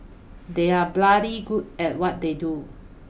they are bloody good at what they do